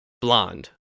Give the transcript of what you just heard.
blonde